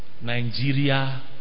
Nigeria